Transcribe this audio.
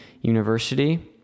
University